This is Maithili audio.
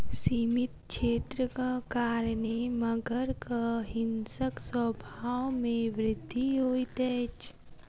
सीमित क्षेत्रक कारणेँ मगरक हिंसक स्वभाव में वृद्धि होइत अछि